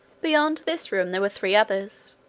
beyond this room there were three others,